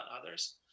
others